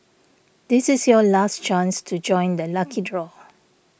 this is your last chance to join the lucky draw